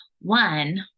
One